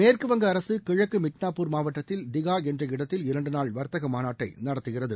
மேற்கு வங்க அரசு கிழக்கு மிட்னாப்பூர் மாவட்டத்தில் டிகா என்ற இடத்தில் இரண்டு நாள் வர்த்தக மாநாட்டை நடத்துகிறது